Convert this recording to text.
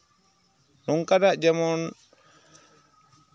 ᱱᱚᱝᱠᱟᱱᱟᱜ ᱡᱮᱢᱚᱱ